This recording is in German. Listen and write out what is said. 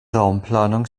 raumplanung